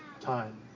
time